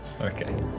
Okay